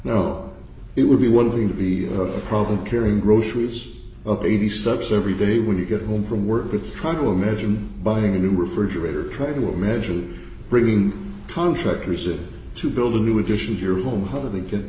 know it would be one thing to be a problem carrying groceries of eighty steps every day when you get home from work with trying to imagine buying a new refrigerator try to imagine bringing contractors it to build a new addition to your home how do they get